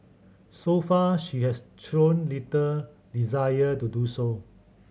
so far she has shown little desire to do so